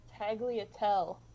Tagliatelle